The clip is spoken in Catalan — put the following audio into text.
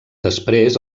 després